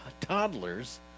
toddlers